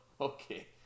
okay